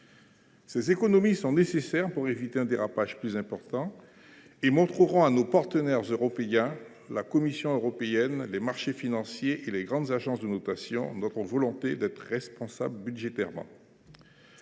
Ces économies sont nécessaires pour éviter un dérapage plus important et montreront à nos partenaires européens, à la Commission européenne, aux marchés financiers et aux grandes agences de notation notre volonté de responsabilité budgétaire.